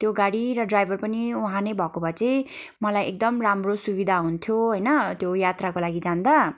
त्यो गाडी र ड्राइभर पनि उहाँ नै भएको भए चाहिँ मलाई एकदम राम्रो सुविधा हुन्थ्यो होइन त्यो यात्राको लागि जाँदा